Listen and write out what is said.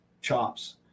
chops